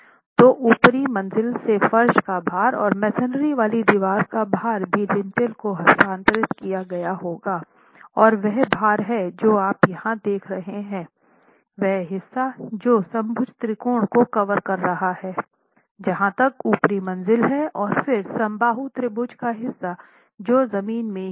तो ऊपरी मंज़िल से फर्श का भार और मेसनरी वाली दीवार का भार भी लिंटेल को हस्तांतरित किया गया होगा और वह भार है जो आप यहां देख रहे हैं वह हिस्सा जो समभुज त्रिकोण को कवर कर रहा है जहां तक ऊपरी मंज़िल है और फिर समबाहु त्रिभुज का हिस्सा जो जमीन में ही है